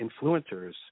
influencers